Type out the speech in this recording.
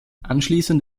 anschließend